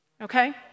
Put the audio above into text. Okay